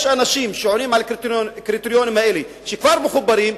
יש אנשים שעונים על הקריטריונים האלה שכבר מחוברים,